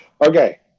Okay